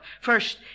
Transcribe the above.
First